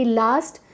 last